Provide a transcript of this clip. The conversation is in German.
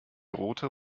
rote